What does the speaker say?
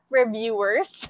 reviewers